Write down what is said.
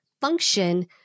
function